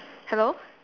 hello